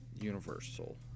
universal